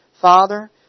Father